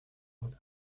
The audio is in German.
mit